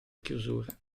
chiusura